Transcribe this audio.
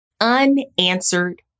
unanswered